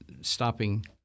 stopping